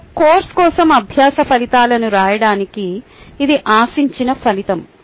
ఒక కోర్సు కోసం అభ్యాస ఫలితాలను రాయడానికి ఇది ఆశించిన ఫలితం